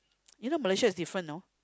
you know Malaysia is different know